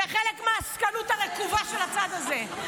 זה חלק מהעסקנות הרקובה של הצד הזה,